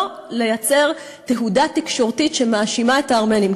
לייצר תהודה תקשורתית שמאשימה את הארמנים.